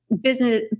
business